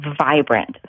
vibrant